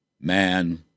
man